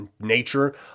nature